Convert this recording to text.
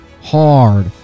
hard